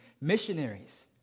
missionaries